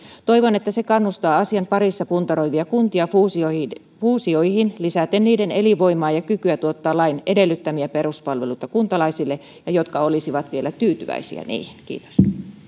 toivon että se kannustaa asiaa puntaroivia kuntia fuusioihin fuusioihin lisäten niiden elinvoimaa ja kykyä tuottaa lain edellyttämiä peruspalveluita kuntalaisille jotka olisivat vielä tyytyväisiä niihin kiitos